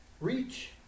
Reach